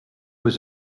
was